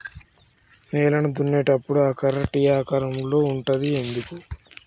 నేలను దున్నేటప్పుడు ఆ కర్ర టీ ఆకారం లో ఉంటది ఎందుకు?